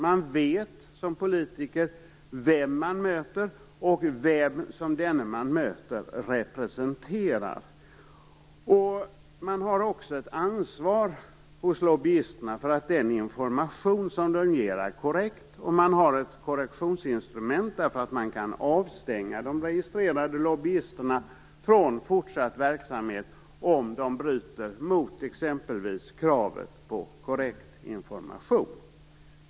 Man vet som politiker vem man möter och vem som denne man möter representerar. Lobbyisterna har också en ansvar för att den information som de ger är korrekt. Man har också ett korrektionsinstrument, eftersom man kan avstänga de registrerade lobbyisterna från fortsatt verksamhet om de bryter mot exempelvis kravet på korrekt information.